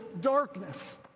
darkness